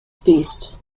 feast